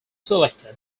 selected